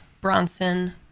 bronson